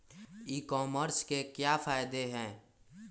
ई commerce के क्या फायदे हैं?